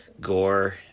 Gore